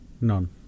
none